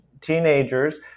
teenagers